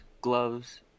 gloves